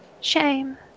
Shame